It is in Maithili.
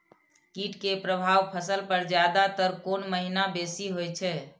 कीट के प्रभाव फसल पर ज्यादा तर कोन महीना बेसी होई छै?